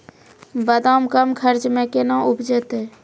बादाम कम खर्च मे कैना उपजते?